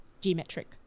geometric